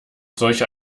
solcher